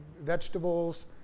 vegetables